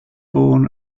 born